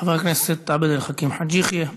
חבר הכנסת עבד אל חכים חאג' יחיא.